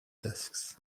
discs